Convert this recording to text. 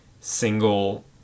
single